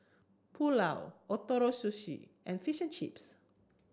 Pulao Ootoro Sushi and Fish and Chips